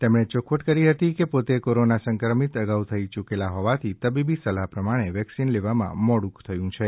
તેમણે ચોખવટ કરી હતી કે પોતે કોરોના સંક્રમિત અગાઉ થઈ યૂકેલા હોવાથી તબીબી સલાહ પ્રમાણે વેક્સિન લેવામાં થોડું મોડુ કર્યું છે